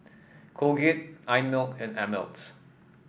Colgate Einmilk and Ameltz